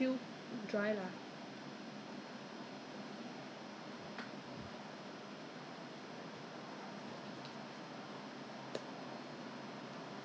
I use the the Temasek that one after that then I say !ah! I go and apply the my own one with alcohol maybe on the fingertips only avoid my you know the part there where all the rashes are